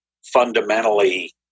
fundamentally